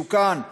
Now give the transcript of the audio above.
מסוכן,